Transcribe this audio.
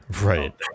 Right